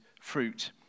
fruit